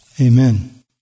Amen